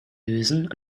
lösen